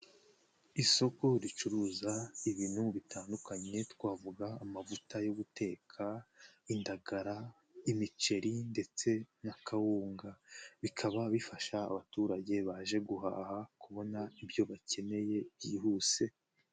Isoko ricuruza ibintu bitandukanye twavuga amavuta yo guteka, indagara, imiceri ndetse na kawunga, bikaba bifasha abaturage baje guhaha kubona ibyo bakeneye byihuse.